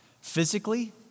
Physically